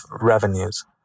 Revenues